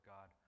God